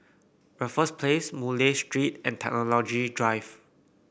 Raffles Place Murray Street and Technology Drive